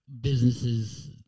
businesses